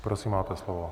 Prosím, máte slovo.